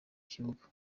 kibuga